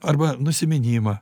arba nusiminimą